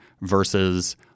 versus